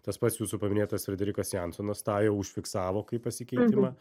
tas pats jūsų paminėtas frederikas jansonas tą jau užfiksavo kaip pasikeitimą